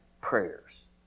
prayers